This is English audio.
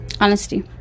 honesty